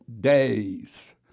days